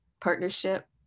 partnership